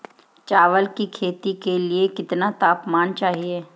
चावल की खेती के लिए कितना तापमान चाहिए?